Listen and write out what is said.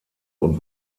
und